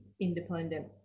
Independent